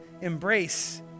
embrace